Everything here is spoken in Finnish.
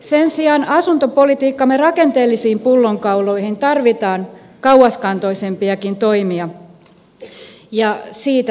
sen sijaan asuntopolitiikkamme rakenteellisiin pullonkauloihin tarvitaan kauaskantoisempiakin toimia siitä seuraavassa